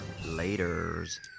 Laters